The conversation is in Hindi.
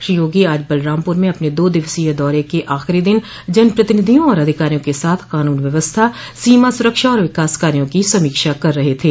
श्री योगी आज बलरामपुर में अपने दो दिवसीय दौरे के आख़िरी दिन जनप्रतिनिधियों और अधिकारियों के साथ कानून व्यवस्था सीमा सूरक्षा और विकास काया की समीक्षा कर रहे थे